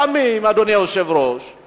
לפעמים, אדוני היושב-ראש,